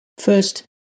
First